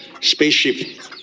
spaceship